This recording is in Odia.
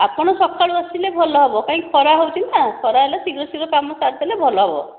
ଆପଣ ସକାଳୁ ଆସିଲେ ଭଲ ହେବ କାହିଁକିନା ଖରା ହେଉଛି ନା ଖରା ହେଲେ ଶୀଘ୍ର ଶୀଘ୍ର କାମ ସାରିଦେଲେ ଭଲ ହେବ